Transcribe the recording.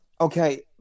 okay